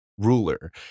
ruler